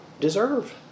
deserve